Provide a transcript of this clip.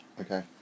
Okay